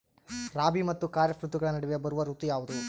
ರಾಬಿ ಮತ್ತು ಖಾರೇಫ್ ಋತುಗಳ ನಡುವೆ ಬರುವ ಋತು ಯಾವುದು?